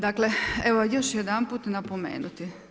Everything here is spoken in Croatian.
Dakle, evo još jedanput napomenuti.